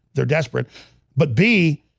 they're desperate but b